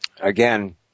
Again